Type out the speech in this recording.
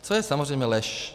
Což je samozřejmě lež.